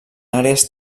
àrees